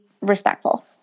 respectful